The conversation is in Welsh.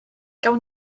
gawn